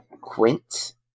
quint